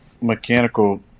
mechanical –